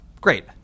Great